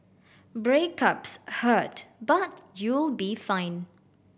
breakups hurt but you'll be fine